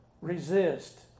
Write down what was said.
resist